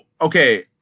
okay